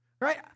Right